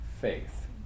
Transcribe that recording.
faith